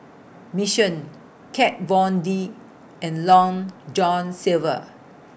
Mission Kat Von D and Long John Silver